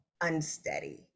unsteady